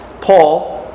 Paul